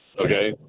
Okay